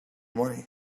money